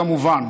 כמובן,